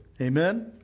Amen